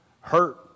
hurt